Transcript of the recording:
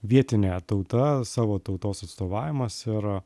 vietinė tauta savo tautos atstovavimas ir